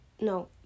No